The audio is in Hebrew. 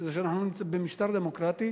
שזה שאנחנו נמצאים במשטר דמוקרטי,